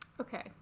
Okay